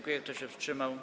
Kto się wstrzymał?